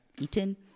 eaten